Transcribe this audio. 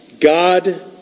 God